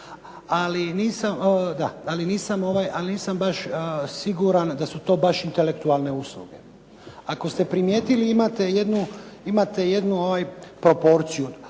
Ali nisam baš siguran da su to baš intelektualne usluge. Ako ste primijetili imate jednu proporciju,